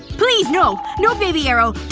please, no. no baby arrow!